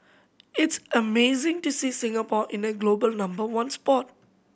it's amazing to see Singapore in the global number one spot